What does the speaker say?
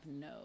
no